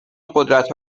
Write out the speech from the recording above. قدرت